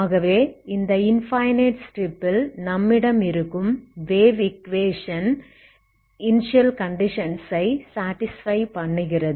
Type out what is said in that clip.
ஆகவே இந்த infinite strip ல் நம்மிடம் இருக்கும் வேவ் ஈக்குவேஷன் என்ற இனிஸியல் கண்டிஷன்ஸ் ஐ சாடிஸ்ஃபை பண்ணுகிறது